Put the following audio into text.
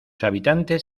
habitantes